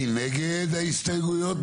מי נגד ההסתייגויות?